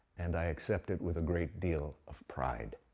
and i accept it with a great deal of pride.